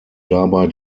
dabei